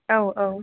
औ औ